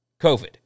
COVID